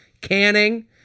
canning